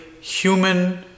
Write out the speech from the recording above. human